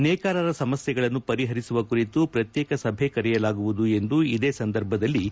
ನೇಕಾರರ ಸಮಸ್ಲೆಗಳನ್ನು ಪರಿಪರಿಸುವ ಕುರಿತು ಪ್ರತ್ನೇಕ ಸಭೆ ಕರೆಯಲಾಗುವುದು ಎಂದು ಇದೇ ಸಂದರ್ಭದಲ್ಲಿ ತಿಳಿಸಿದ್ದಾರೆ